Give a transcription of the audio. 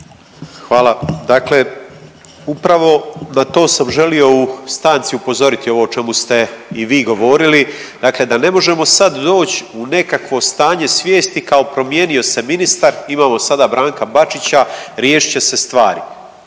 Hvala. Dakle, upravo na to sam želio u stanici upozoriti ovo o čemu ste i vi govorili. Dakle, da ne možemo sad doći u nekakvo stanje svijesti kao promijenio se ministar, imamo sada Branka Bačića riješit će se stvari.